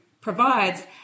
provides